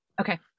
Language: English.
Okay